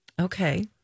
Okay